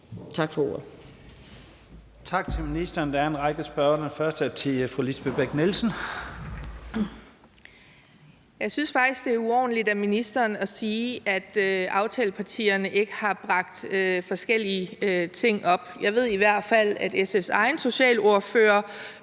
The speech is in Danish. Tak for ordet.